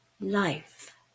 life